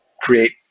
create